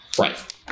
Right